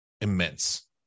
immense